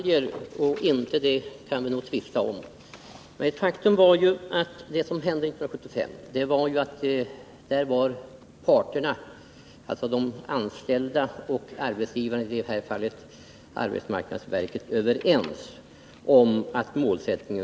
Herr talman! Vad som är detaljer och inte detaljer kan vi nog tvista om. Men vad som hände 1975 var att parterna — de anställda och arbetsgivaren, i det här fallet AMS — var överens om en viss målsättning.